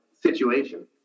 situation